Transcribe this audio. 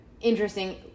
interesting